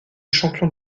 champion